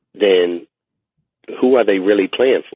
then who are they really playing?